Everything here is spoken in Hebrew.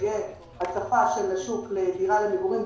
תהיה הצפה של השוק לדירה למגורים,